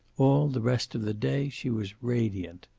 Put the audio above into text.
all the rest of the day she was radiant.